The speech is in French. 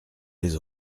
les